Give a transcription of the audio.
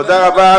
תודה רבה.